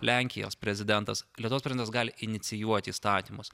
lenkijos prezidentas lietuvos prezidentas gali inicijuoti įstatymus